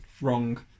Wrong